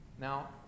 Now